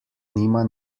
nima